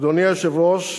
אדוני היושב-ראש,